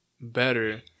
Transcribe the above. better